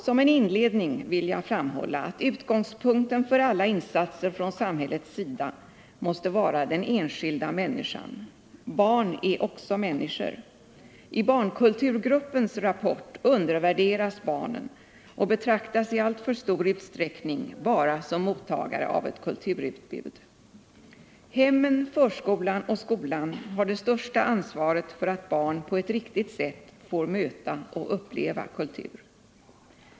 Som en inledning vill jag framhålla att utgångspunkten för alla insatser från samhällets sida måste vara den enskilda människan. Barn är också människor. I barnkulturgruppens rapport undervärderas barnen och betraktas i alltför stor utsträckning bara som mottagare av ett kulturutbud. Hemmen, förskolan och skolan har det största ansvaret för att barn på ett riktigt sätt får möta och uppleva kultur.